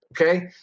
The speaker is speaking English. okay